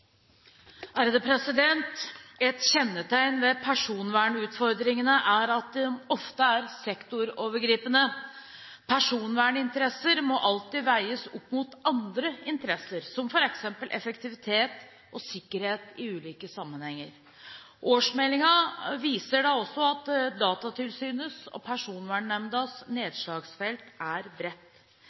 at de ofte er sektorovergripende. Personverninteresser må alltid veies opp mot andre interesser, som f.eks. effektivitet og sikkerhet i ulike sammenhenger. Årsmeldingene viser da også at Datatilsynets og Personvernnemndas nedslagsfelt er bredt.